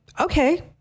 okay